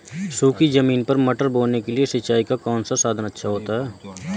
सूखी ज़मीन पर मटर बोने के लिए सिंचाई का कौन सा साधन अच्छा होता है?